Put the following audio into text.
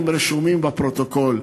הדברים רשומים בפרוטוקול,